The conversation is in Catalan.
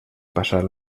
passar